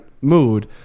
mood